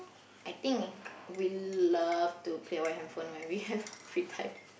I think will love to play my hand phone whenever we have free time